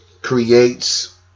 creates